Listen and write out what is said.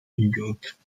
youth